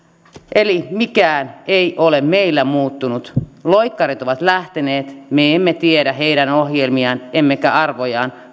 eli mikään ei ole meillä muuttunut loikkarit ovat lähteneet me emme tiedä heidän ohjelmiaan emmekä arvojaan